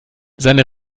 seine